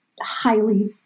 highly